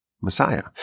Messiah